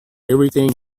everything